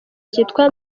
cyitwa